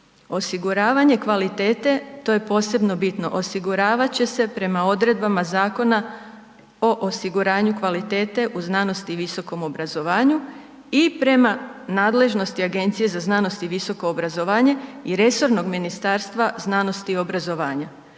Osiguravanje kvalitete, to je posebno bitno, osiguravat će se prema odredbama Zakona o osiguranju kvalitete u znanosti i visokom obrazovanju i prema nadležnosti Agencije za znanost i visoko obrazovanje i resornog Ministarstva znanosti i obrazovanja.